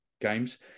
games